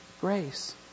grace